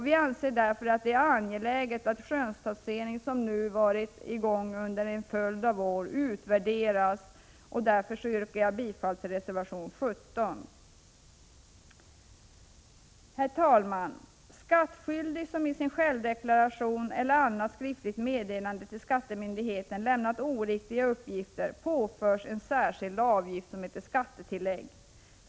Vi anser därför att det är angeläget att skönstaxeringen, som nu varit i gång under en följd av år, utvärderas. Därför yrkar jag bifall till reservation 17. Herr talman! Skattskyldig som i sin självdeklaration eller i annat skriftligt meddelande till skattemyndigheterna lämnat oriktiga uppgifter påförs en särskild avgift, som heter skattetillägg.